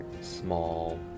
small